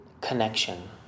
connection